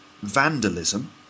vandalism